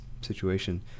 situation